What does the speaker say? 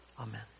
amen